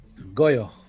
Goyo